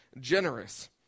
generous